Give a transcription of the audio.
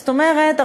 זאת אומרת,